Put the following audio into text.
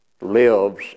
lives